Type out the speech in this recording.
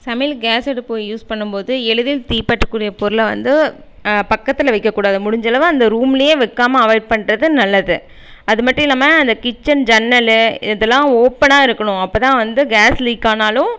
சமையலுக்கு கேஸ் அடுப்பு யூஸ் பண்ணும்போது எளிதில் தீ பற்றக்கூடிய பொருளை வந்து பக்கத்தில் வைக்கக் கூடாது முடிஞ்ச அளவு அந்த ரூம்லே வைக்காம அவாய்ட் பண்ணுறது நல்லது அது மட்டும் இல்லாமல் அந்த கிச்சன் ஜன்னல் இதெல்லாம் ஓப்பனாக இருக்கணும் அப்ப தான் வந்து கேஸ் லீக் ஆனாலும்